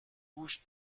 گوشت